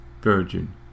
virgin